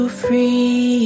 free